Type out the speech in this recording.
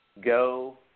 go